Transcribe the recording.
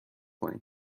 کنی